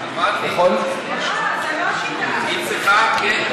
אמרתי, היא צריכה גט.